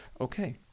Okay